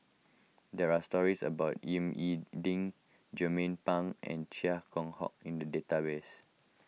there are stories about Ying E Ding Jernnine Pang and Chia Keng Hock in the database